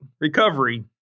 recovery